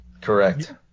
Correct